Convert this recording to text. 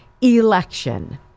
election